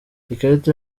ikarita